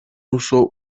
uso